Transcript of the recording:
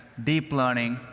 deep learning,